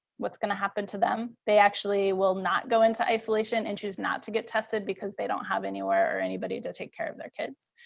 what's going to happen to them? they actually will not go into isolation and choose not to get tested because they don't have anywhere or anybody to take care of their kids.